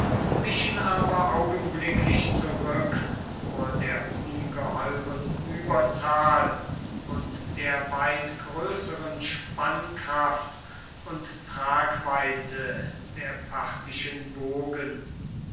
wichen aber augenblicklich zurück vor der ungeheuren überzahl und der weit größeren spannkraft und tragweite der parthischen bogen